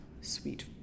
sweet